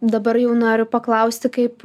dabar jau noriu paklausti kaip